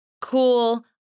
cool